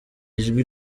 ijwi